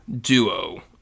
duo